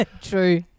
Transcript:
True